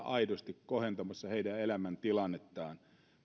aidosti kohentamassa haavoittuvien ihmisryhmien elämäntilannetta